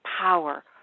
power